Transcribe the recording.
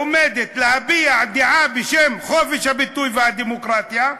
עומדת להביע דעה בשם חופש הביטוי והדמוקרטיה,